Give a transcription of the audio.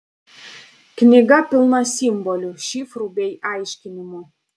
knyga pilna simbolių šifrų bei aiškinimų